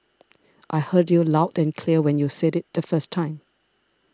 I heard you loud and clear when you said it the first time